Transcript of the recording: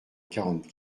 quarante